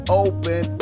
open